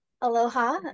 Aloha